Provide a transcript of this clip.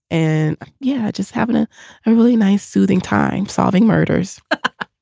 and yeah, just having a ah really nice, soothing time solving murders oh,